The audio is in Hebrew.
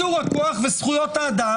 ביזור הכוח וזכויות האדם.